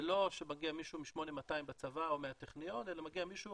זה לא שמגיע מישהו מ-820 בצבא או מהטכניון אלא מגיע מישהו